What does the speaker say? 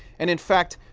and, in fact,